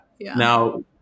now